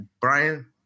brian